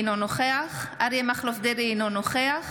אינו נוכח אריה מכלוף דרעי, אינו נוכח